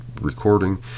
recording